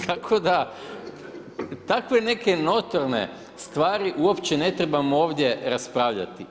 Tako da takve neke notorne stvari uopće ne trebamo ovdje raspravljati.